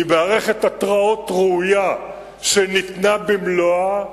עם מערכת התראות ראויה שניתנה במלואה,